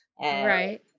Right